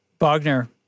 Bogner